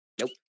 Nope